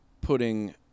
putting